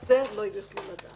את זה הם לא יוכלו לדעת.